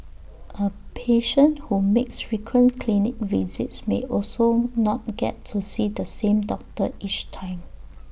A patient who makes frequent clinic visits may also not get to see the same doctor each time